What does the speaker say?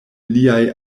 liaj